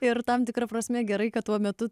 ir tam tikra prasme gerai kad tuo metu